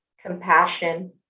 compassion